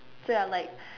so ya like